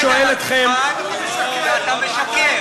אתה משקר.